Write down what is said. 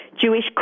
Jewish